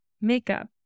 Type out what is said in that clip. makeup